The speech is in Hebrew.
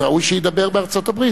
ראוי שידבר בארצות-הברית,